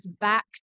back